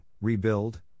Rebuild